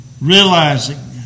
realizing